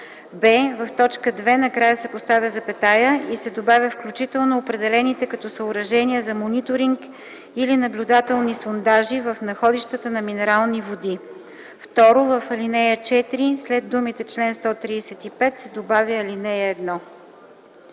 б) в т. 2 накрая се поставя запетая и се добавя „включително определените като съоръжения за мониторинг и наблюдателни сондажи в находищата на минерални води”. 2. В ал. 4 след думите „чл. 135” се добавя „ал.